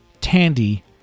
Tandy